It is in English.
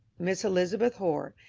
miss elizabeth hoar,